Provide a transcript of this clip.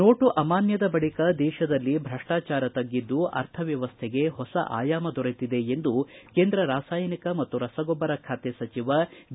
note ಅಮಾನ್ಗದ ಬಳಕ ದೇಶದಲ್ಲಿ ಭ್ರಷ್ಲಾಚಾರ ತಗ್ಗಿದ್ದು ಅರ್ಥವ್ಯವಸ್ಥೆಗೆ ಹೊಸ ಆಯಾಮ ದೊರೆತಿದೆ ಎಂದು ಕೇಂದ್ರ ರಾಸಾಯನಿಕ ಮತ್ತು ರಸಗೊಬ್ಬರ ಖಾತೆ ಸಚಿವ ಡಿ